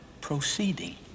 Proceeding